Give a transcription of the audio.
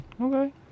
Okay